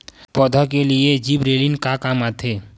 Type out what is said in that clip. पौधा के लिए जिबरेलीन का काम आथे?